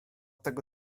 tego